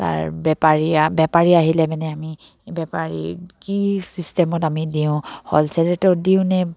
তাৰ বেপাৰী বেপাৰী আহিলে মানে আমি বেপাৰী কি চিষ্টেমত আমি দিওঁ হ'লচেল ৰেটত দিওঁ নে